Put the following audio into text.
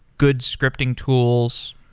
good scripting tools,